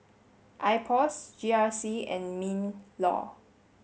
IPOS G R C and MINLAW